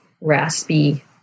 raspy